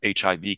HIV